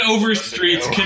Overstreet's